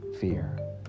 fear